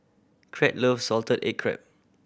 Crete love salted egg crab